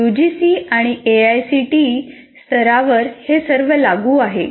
UGC आणि AICTE स्तरावर हे सर्व लागू आहे